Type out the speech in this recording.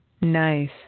nice